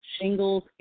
shingles